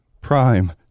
prime